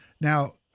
Now